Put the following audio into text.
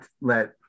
let